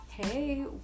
Hey